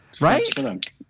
Right